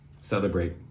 celebrate